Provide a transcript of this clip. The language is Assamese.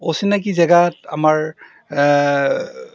অচিনাকি জেগাত আমাৰ